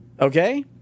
Okay